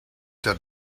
said